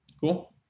Cool